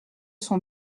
son